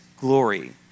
glory